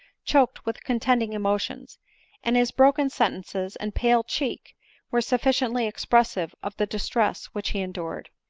choked with contending emotions and his broken sentences and pale cheek were sufficiently expressive of the distress which he endured.